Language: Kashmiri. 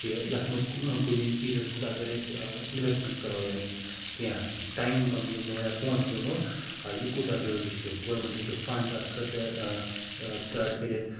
کہِ یَتھ منٛز کُنہِ چیٖزَس منٛز اگر أسۍ اِنویسٹمٮ۪نٛٹ کَرو یعنے کیٚنٛہہ ٹایِم پَنُن دِمو یا پۅنٛسہٕ دِمو یہِ کوٗتاہ ضروٗری چھُ گورمِٮ۪نٛٹ ہیٚکہِ فَنٛڈ تَتھ خٲطرٕ سِٹارٹ کٔرِتھ